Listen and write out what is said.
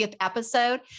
episode